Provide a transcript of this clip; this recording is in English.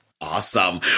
Awesome